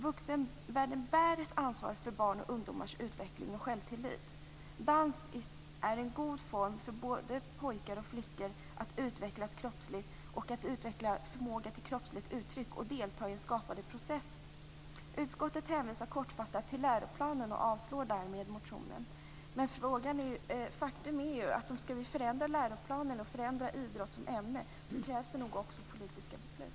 Vuxenvärlden bär ett ansvar för barns och ungdomars utveckling och självtillit. Dans är för både pojkar och flickor en god form när det gäller att utvecklas kroppsligt och att utveckla förmåga till kroppsligt uttryck och till att delta i en skapande process. Utskottet hänvisar kortfattat till läroplanen och avstyrker därmed motionen. Men faktum är att om vi skall förändra läroplanen och idrotten som ämne krävs det nog också politiska beslut.